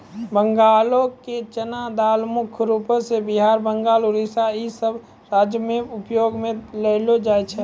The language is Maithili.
बंगालो के चना दाल मुख्य रूपो से बिहार, बंगाल, उड़ीसा इ सभ राज्यो मे उपयोग मे लानलो जाय छै